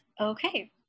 Okay